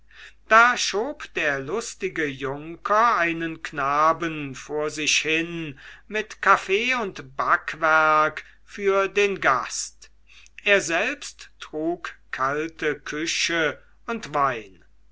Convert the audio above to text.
da schob der lustige junker einen knaben vor sich hin mit kaffee und backwerk für den gast er selbst trug kalte küche und wein